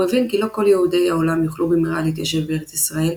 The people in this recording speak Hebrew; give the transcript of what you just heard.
הוא הבין כי לא כל יהודי העולם יוכלו במהרה להתיישב בארץ ישראל,